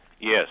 Yes